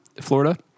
Florida